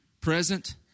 present